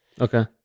okay